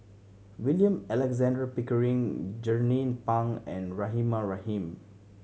William Alexander Pickering Jernnine Pang and Rahimah Rahim